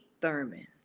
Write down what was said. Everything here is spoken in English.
Thurman